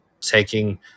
taking